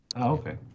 okay